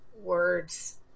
words